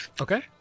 Okay